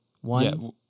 One